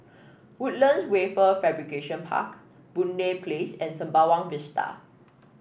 Woodlands Wafer Fabrication Park Boon Lay Place and Sembawang Vista